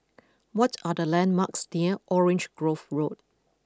what are the landmarks near Orange Grove Road